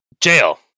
Jail